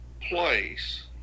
place